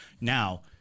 Now